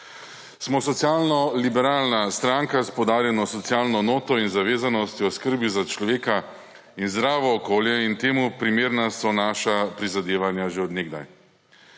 Smo socialno-liberalna stranka s poudarjeno socialno noto in zavezani k skrbi za človeka in zdravo okolje; in temu primerna so naša prizadevanja že od nekdaj.